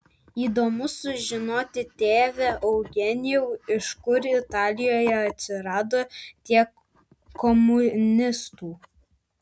įdomu sužinoti tėve eugenijau iš kur italijoje atsirado tiek komunistų